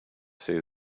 see